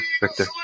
Victor